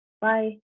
Bye